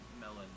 Melon